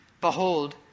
behold